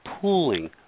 pooling